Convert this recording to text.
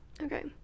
okay